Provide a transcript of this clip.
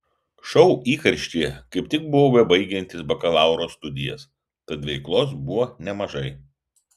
šou įkarštyje kaip tik buvau bebaigiantis bakalauro studijas tad veiklos buvo nemažai